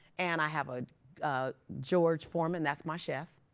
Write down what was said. and i have a george foreman, that's my chef.